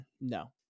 no